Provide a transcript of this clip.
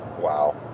wow